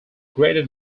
greater